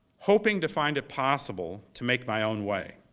hoping to find it possible to make my own way.